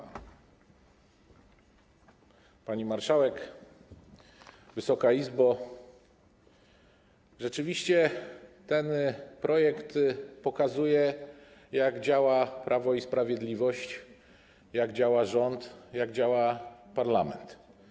Rzeczywiście ten projekt pokazuje, jak działa Prawo i Sprawiedliwość, jak działa rząd, jak działa parlament.